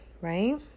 right